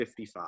55